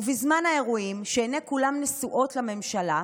ובזמן האירועים, כשעיני כולם נשואות לממשלה,